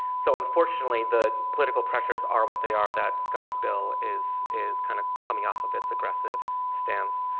so unfortunately, the political pressures are what they are that scott's bill is is kind of coming off of its aggressive stance.